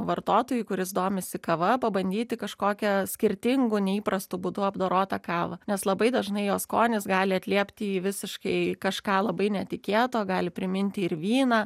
vartotojui kuris domisi kava pabandyti kažkokią skirtingų neįprastu būdu apdorotą kavą nes labai dažnai jos skonis gali atliepti į visiškai kažką labai netikėto gali priminti ir vyną